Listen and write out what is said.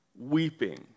weeping